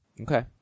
Okay